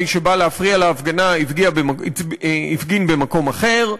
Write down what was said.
מי שבא להפריע להפגנה הפגין במקום אחר,